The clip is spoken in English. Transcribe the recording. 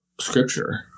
scripture